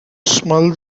smell